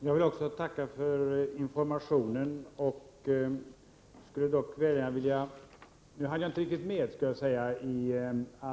Herr talman! Jag vill också tacka för informationen. Jag hann inte riktigt med i